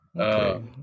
okay